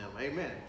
Amen